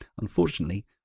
unfortunately